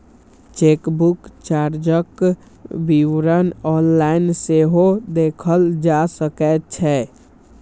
chequebook चार्जक विवरण online सेहो देखल जा सकै छै